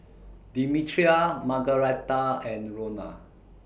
Demetria Margaretta and Rona